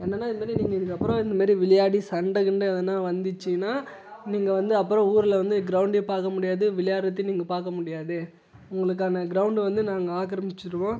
என்னனா இதமாதிரி நீங்கள் இதுக்கப்புறம் இந்தமாதிரி விளையாடி சண்டகிண்டை எதனா வந்துச்சுன்னா நீங்கள் வந்து அப்புறம் ஊரில் வந்து கிரவுண்டே பார்க்கமுடியாது விளையாடுறத்துக்கு நீங்கள் பார்க்கமுடியாது உங்களுக்கான கிரவுண்ட் வந்து நாங்கள் ஆக்கிரமிச்சிவிடுவோம்